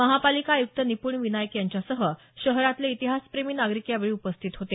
महापालिका आयुक्त निपुण विनायक यांच्यासह शहरातले इतिहासप्रेमी नागरिक यावेळी उपस्थित होते